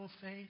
faith